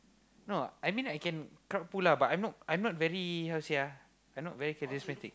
no I mean I can crowd pull lah but I not I not very how to say ah I not very charismatic